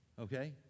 Okay